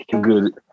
good